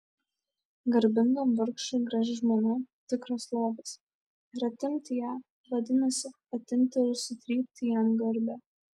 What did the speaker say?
garbingam vargšui graži žmona tikras lobis ir atimti ją vadinasi atimti ir sutrypti jam garbę